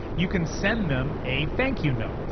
you can send them a thank you note.